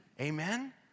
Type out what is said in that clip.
Amen